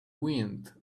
wind